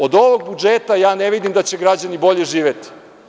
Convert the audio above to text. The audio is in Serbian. Od ovog budžeta ja ne vidim da će građani bolje živeti.